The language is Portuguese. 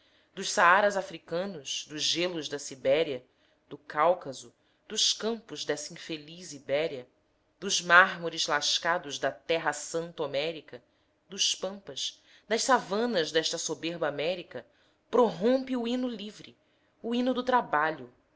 dos saaras africanos dos gelos da sibéria do cáucaso dos campos dessa infeliz lbéria dos mármores lascados da terra santa homérica dos pampas das savanas desta soberba américa prorrompe o hino livre o hino do trabalho